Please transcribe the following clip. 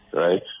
right